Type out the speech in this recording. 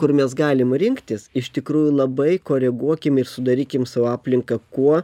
kur mes galim rinktis iš tikrųjų labai koreguokim ir sudarykim savo aplinką kuo